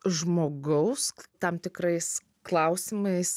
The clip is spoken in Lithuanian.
žmogaus tam tikrais klausimais